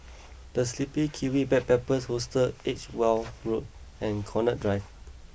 the Sleepy Kiwi Backpackers Hostel Edgeware Road and Connaught Drive